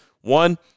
One